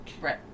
Right